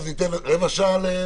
ניתן רבע שעה?